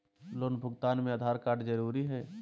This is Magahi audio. लोन भुगतान में आधार कार्ड जरूरी है?